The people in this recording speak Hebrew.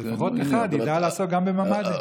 שלפחות אחד יוכל לעסוק גם בממ"דים.